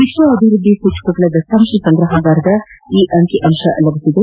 ವಿಕ್ಷ ಅಭಿವೃದ್ಧಿ ಸೂಚಕಗಳ ದತ್ತಾಂಶ ಸಂಗ್ರಹಾಗಾರದ ಈ ಅಂಕಿಅಂಶ ಲಭಿಸಿದೆ